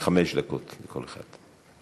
חמש דקות לכל אחד.